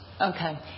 Okay